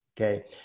Okay